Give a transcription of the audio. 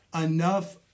enough